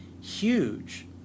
huge